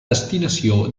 destinació